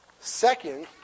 Second